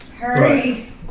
Hurry